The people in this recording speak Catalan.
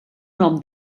nom